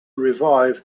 revive